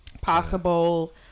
possible